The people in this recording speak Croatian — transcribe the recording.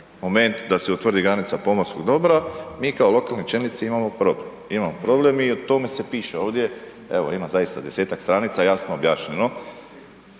da se utvrdi granica pomorskog dobra mi kao lokalni čelnici imamo problem, imamo problem i o tome se piše ovdje, evo ima zaista 10-tak stranica jasno objašnjeno